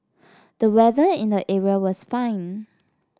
the weather in the area was fine